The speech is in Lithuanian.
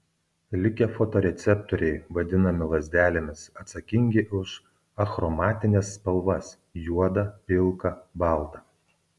likę fotoreceptoriai vadinami lazdelėmis atsakingi už achromatines spalvas juodą pilką baltą